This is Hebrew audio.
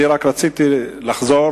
אני רק רציתי לחזור,